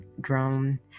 drone